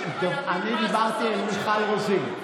אני דיברתי אל מיכל רוזין.